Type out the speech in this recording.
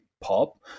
pop